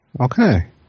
Okay